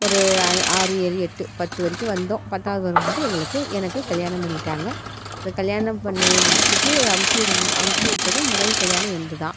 ஒரு ஆறு ஏழு எட்டு பத்து வரைக்கும் வந்தோம் பத்தாவது வரும்போது எங்களுக்கு எனக்கு கல்யாணம் பண்ணிவிட்டாங்க கல்யாணம் பண்ணி முடிச்சுட்டு அம்ச்சுடும் அம்ச்சு விட்டதும் முதல் கல்யாணம் எனது தான்